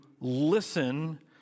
listen